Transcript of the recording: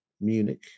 munich